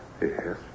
Yes